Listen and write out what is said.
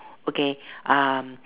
okay um